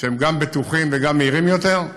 שהם גם בטוחים וגם מהירים יותר?